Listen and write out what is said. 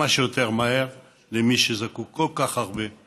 שיותר מהר למי שזקוק לכל כך הרבה כמוכם.